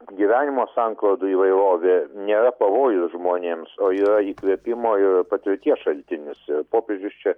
gyvenimo sanklodų įvairovė nėra pavojus žmonėms o yra įkvėpimo ir patirties šaltinis ir popiežius čia